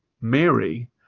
Mary